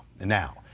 Now